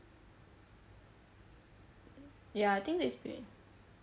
ya I think they speak